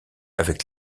avec